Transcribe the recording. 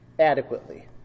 adequately